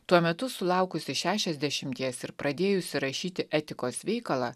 tuo metu sulaukusi šešiasdešimties ir pradėjusi rašyti etikos veikalą